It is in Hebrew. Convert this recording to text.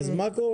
אז מה קורה?